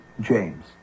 James